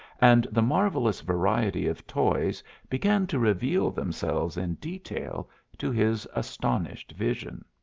and the marvelous variety of toys began to reveal themselves in detail to his astounded vision.